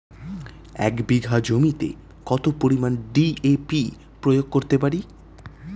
এক বিঘা জমিতে কত পরিমান ডি.এ.পি প্রয়োগ করতে পারি?